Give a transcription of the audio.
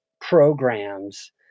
programs